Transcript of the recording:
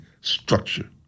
structure